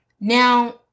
Now